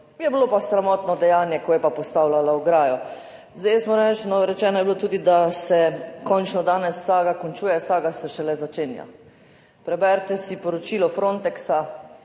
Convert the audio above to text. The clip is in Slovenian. je bilo pa sramotno dejanje, ko je pa postavljala ograjo. Zdaj, jaz moram reči, rečeno je bilo tudi, da se končno danes saga končuje, saga se šele začenja. Preberite si poročilo Frontexa,